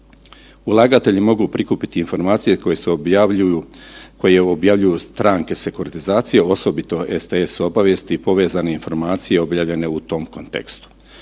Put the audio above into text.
Ulagatelji mogu prikupiti informacije koje se objavljuju, koje objavljuju stranke sekturatizacije osobito STS obavijesti i povezane informacije objavljene u tom kontekstu.